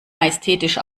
majestätisch